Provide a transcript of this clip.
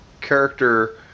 character